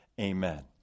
amen